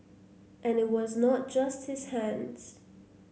and it was not just his hands